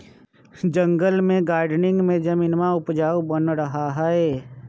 जंगल में गार्डनिंग में जमीनवा उपजाऊ बन रहा हई